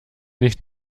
nicht